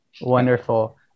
Wonderful